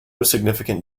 significant